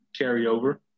carryover